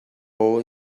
all